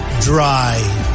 dry